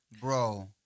Bro